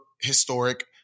historic